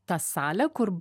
tą salę kur